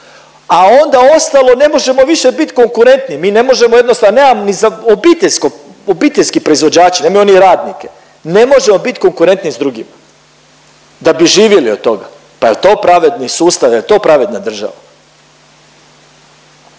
a onda ostalo ne možemo više bit konkurentni, mi ne možemo jednostavno, nemamo ni za obiteljski proizvođači, nemaju oni radnike, ne možemo bit konkurentni s drugima, da bi živjeli od toga. Pa je li to pravedni sustav, je li to pravedna država?